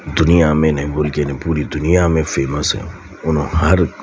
دنیا میں نہیں بول کے پوری دنیا میں فیمس ہیں انہوں ہر